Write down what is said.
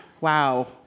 wow